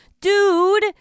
Dude